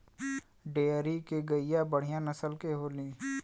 dairy के गईया बढ़िया नसल के होली